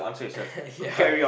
ya